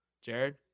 Jared